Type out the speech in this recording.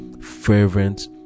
fervent